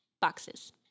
Boxes